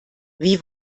wie